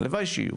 הלוואי שיהיו,